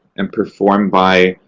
and performed by,